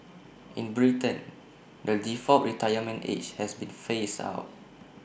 in Britain the default retirement age has been phased out